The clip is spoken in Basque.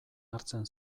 hartzen